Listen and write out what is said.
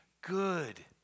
good